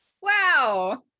wow